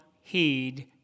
heed